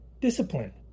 discipline